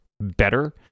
better